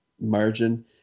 margin